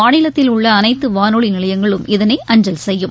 மாநிலத்தில் உள்ள அனைத்து வானொலி நிலையங்களும் இதனை அஞ்சல் செய்யும்